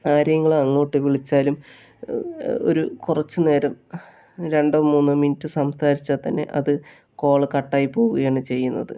ആരെയെങ്കിലും അങ്ങോട്ട് വിളിച്ചാലും ഒരു കുറച്ച് നേരം രണ്ടോ മൂന്നോ മിനിറ്റ് സംസാരിച്ചാൽ തന്നെ അത് കോള് കട്ടായി പോകുകയാണ് ചെയ്യുന്നത്